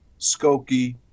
Skokie